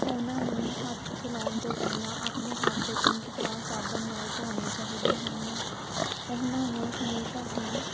ਉਹਨਾਂ ਨੂੰ ਹੱਥ ਲਾਉਣ ਤੋਂ ਪਹਿਲਾਂ ਆਪਣੇ ਹੱਥ ਚੰਗੀ ਤਰ੍ਹਾਂ ਸਾਬਣ ਨਾਲ ਧੋਣੇ ਚਾਹੀਦੇ ਹਨ ਉਹਨਾਂ ਨੂੰ ਹਮੇਸ਼ਾਂ ਹੀ